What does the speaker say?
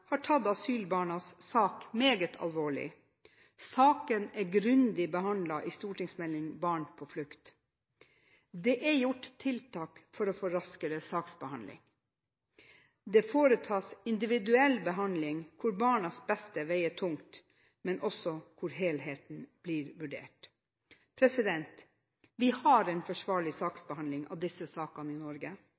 har tatt asylbarnas sak meget alvorlig. Saken er grundig behandlet i stortingsmeldingen Barn på flukt. Det er gjort tiltak for å få raskere saksbehandling. Det foretas individuell behandling hvor barns beste veier tungt, men hvor også helheten blir vurdert. Vi har en forsvarlig saksbehandling av disse sakene i Norge.